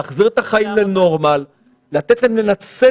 להחזיר את החיים לנורמליות ולתת להן לנצל